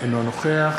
אינו נוכח